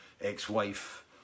ex-wife